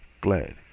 glad